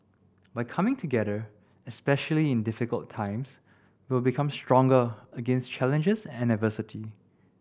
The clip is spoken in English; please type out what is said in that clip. by coming together especially in difficult times we will become stronger against challenges and adversity